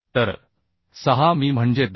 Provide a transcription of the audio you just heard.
तर 6 मी म्हणजे 10